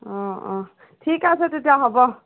অঁ ঠিক আছে তেতিয়া হ'ব